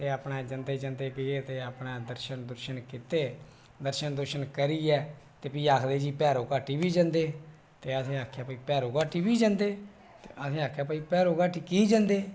ते अपने जंदे जंदे गे ते अपने दर्शन दुर्शन कीते दर्शन करियै ते फ्ही आखदे भैरो घाटी जंदे ते फ्ही असें आखेआ कि भैरो घाटी जंदे ते असें आखेआ भाई भैरो धाटी केह् ऐ जंदे